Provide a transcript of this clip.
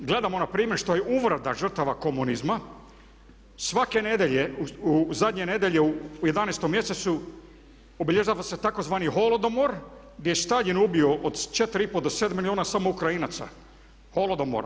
Gledamo na primjer što je uvreda žrtava komunizma, svake nedjelje, zadnje nedjelje u 11 mjesecu obilježava se tzv. holodomor gdje je Staljin ubio od 4 i pol do 7 milijuna samo Ukrajinaca, holodomor.